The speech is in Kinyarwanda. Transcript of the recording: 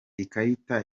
ikarita